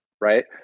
right